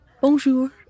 Bonjour